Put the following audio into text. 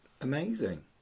Amazing